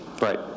right